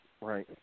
Right